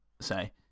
say